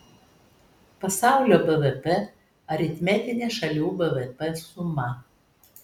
pasaulio bvp aritmetinė šalių bvp suma